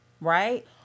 Right